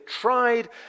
tried